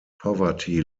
poverty